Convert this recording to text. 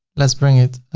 let's bring it.